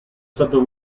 stato